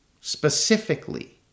specifically